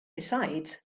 besides